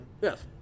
Yes